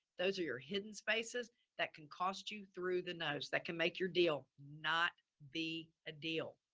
those are your hidden spaces that can cost you through the nose, that can make your deal not be a deal.